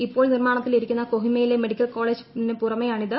ഇപ്പോൾ നിർമ്മാണത്തിലിരിക്കുന്ന കൊഹിമയിലെ മെഡിക്കൽ കോളേജിന് പുറമെയാണിത്